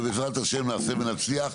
ובעזרת השם נעשה ונצליח.